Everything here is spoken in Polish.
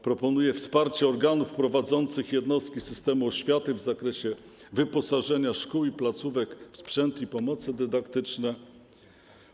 Proponuje wsparcie organów prowadzących jednostki systemu oświaty w zakresie wyposażenia szkół i placówek w sprzęt i pomoce dydaktyczne.